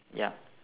yup